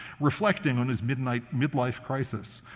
reflecting on his midlife midlife crisis.